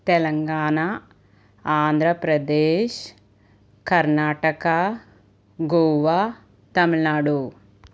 Telangana Andhra Pradesh Karnataka Goa Tamil Nadu